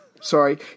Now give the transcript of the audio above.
Sorry